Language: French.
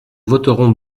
voterons